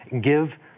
give